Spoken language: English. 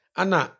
ana